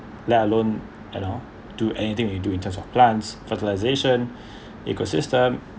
let alone and all do anything into in terns of plants fertilization ecosystem